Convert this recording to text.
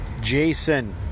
Jason